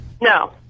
No